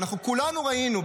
ואנחנו כולנו ראינו,